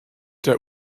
der